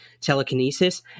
telekinesis